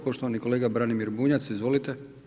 Poštovani kolega Branimir Bunjac, izvolite.